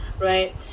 right